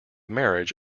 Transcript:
marriage